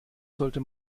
sollte